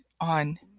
on